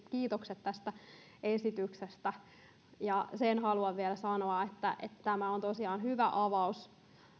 kiitokset tästä esityksestä sen haluan vielä sanoa että tämä on tosiaan hyvä avaus